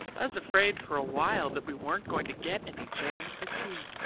i was afraid for a while that we weren't going to get any jam for tea.